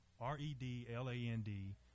R-E-D-L-A-N-D